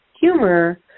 humor